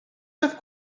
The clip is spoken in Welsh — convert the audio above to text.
beth